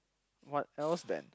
what else then